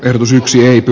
ehdotus yksilöity